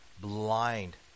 blind